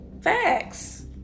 Facts